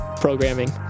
programming